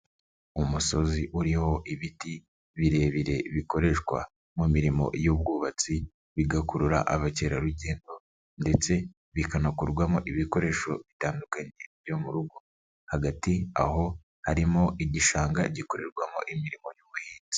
Umusozi uriho ibiti birebire bikoreshwa mu mirimo y'ubwubatsi, bigakurura abakerarugendo ndetse bikanakorwamo ibikoresho bitandukanye byo mu rugo. Hagati aho harimo igishanga gikorerwamo imirimo y'ubuhinzi.